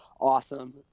awesome